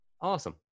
awesome